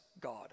God